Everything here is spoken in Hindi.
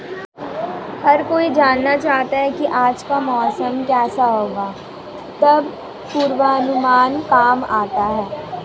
हर कोई जानना चाहता है की आज का मौसम केसा होगा तब पूर्वानुमान काम आता है